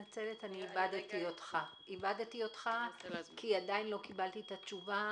איבדתי אותך כי עדיין לא קיבלתי את התשובה